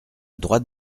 droite